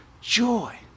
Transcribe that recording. joy